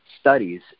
studies